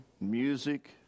music